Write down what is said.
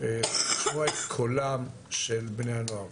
לשמוע את קולם של בני הנוער,